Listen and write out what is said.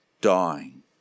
dying